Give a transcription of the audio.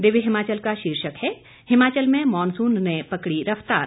दिव्य हिमाचल का शीर्षक है हिमाचल में मानसून ने पकड़ी रफ्तार